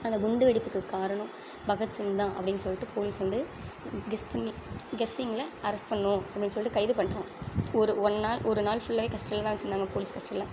அந்த குண்டு வெடிப்புக்குக் காரணம் பகத்சிங் தான் அப்படின்னு சொல்லிட்டு போலீஸ் வந்து கெஸ் பண்ணி கெஸ்ஸிங்ல அரஸ்ட் பண்ணணும் அப்படின்னு சொல்லிட்டு கைது பண்ணிட்டாங்க ஒரு ஒன் நாள் ஒரு நாள் ஃபுல்லாவே கஸ்டடில்ல தான் வச்சிருந்தாங்கள் போலீஸ் கஸ்டடில்ல